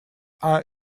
are